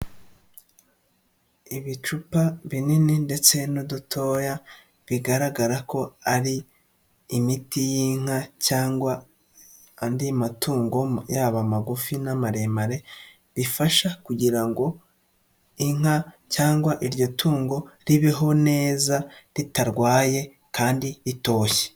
Ibicupa binini ndetse n'udutoya bigaragara ko ari imiti y'inka cyangwa andi matungo yaba magufi n'amaremare bifasha kugira ngo inka cyangwa iryo tungo ribeho neza ritarwaye kandi ritoshye.